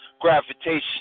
gravitation